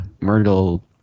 Myrtle